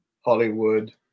Hollywood